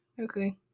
okay